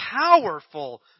powerful